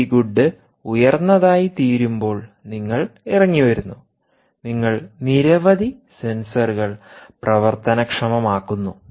P ഗുഡ് ഉയർന്നതായിത്തീരുമ്പോൾ നിങ്ങൾ ഇറങ്ങിവരുന്നുനിങ്ങൾ നിരവധി സെൻസറുകൾ പ്രവർത്തനക്ഷമമാക്കുന്നു